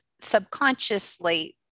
subconsciously